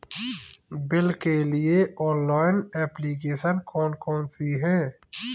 Bill के लिए online application कौन कौन सी हैं?